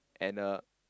and a